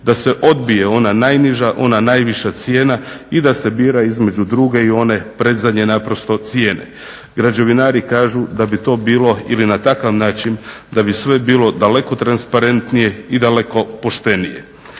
da se odbije ona najniža ona najviša cijena i da se bira između druge i one predzadnje naprosto cijene. Građevinari kažu da bi to bilo ili na takav način da bi sve bilo daleko transparentnije i daleko poštenije.